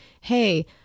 hey